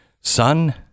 son